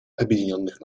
объединенных